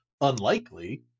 unlikely